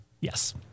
Yes